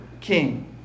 king